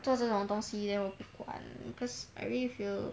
做这种东西 then 我不管 cause I really feel